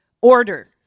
order